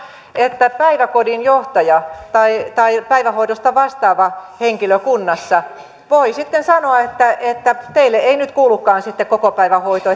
että päiväkodin johtaja tai tai päivähoidosta vastaava henkilökunnassa voi sitten sanoa että että teille ei nyt kuulukaan sitten kokopäivähoito